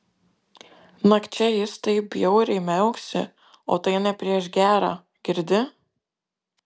nakčia jis taip bjauriai miauksi o tai ne prieš gera girdi